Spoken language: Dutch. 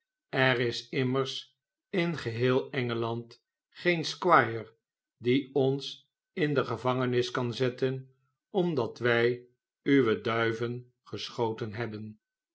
er is immers in geheel en gel and geen squire die ons in de gevangenis kan zetten bmdat wy uwe duiven geschoten hebben